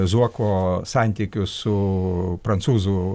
zuoko santykių su prancūzų